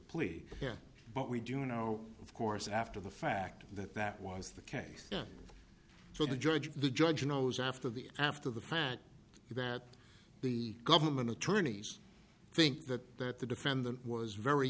plea but we do know of course after the fact that that was the case so the judge the judge knows after the after the plant you that the government attorneys think that that the defendant was very